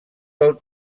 del